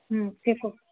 হুম থেকো